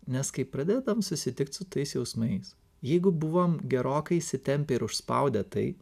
nes kai pradedam susitikt su tais jausmais jeigu buvom gerokai įsitempę ir užspaudę tai